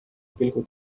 pilgu